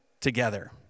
together